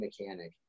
mechanic